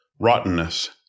rottenness